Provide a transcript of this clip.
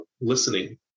listening